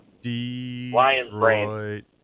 Detroit